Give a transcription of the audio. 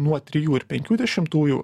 nuo trijų ir penkių dešimtųjų